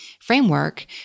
framework